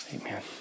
amen